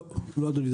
לא, אדוני.